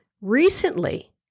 Recently